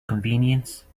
convenience